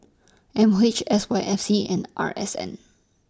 M O H S Y F C and R S N